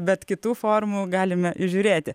bet kitų formų galime įžiūrėti